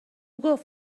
گفت